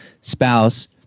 spouse